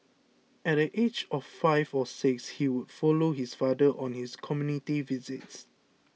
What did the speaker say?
at the age of five or six he would follow his father on his community visits